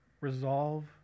Resolve